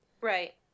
Right